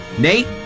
Nate